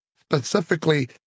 specifically